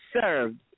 served